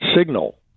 signal